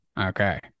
Okay